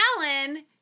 Alan